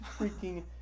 freaking